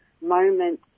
moment